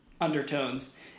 undertones